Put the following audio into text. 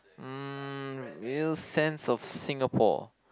mm real sense of Singapore